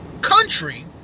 Country